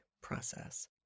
process